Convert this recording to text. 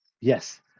Yes